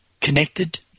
connected